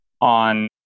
on